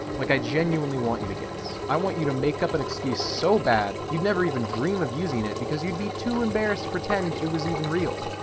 like i genuinely want you to guess. i want you to make up an excuse so bad you'd never even dream of using it because you'd be too embarrassed to pretend it was even real.